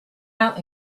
out